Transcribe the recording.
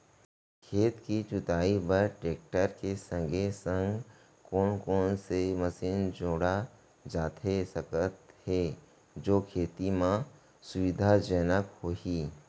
खेत के जुताई बर टेकटर के संगे संग कोन कोन से मशीन जोड़ा जाथे सकत हे जो खेती म सुविधाजनक होही?